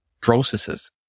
processes